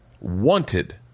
wanted